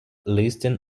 listings